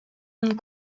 and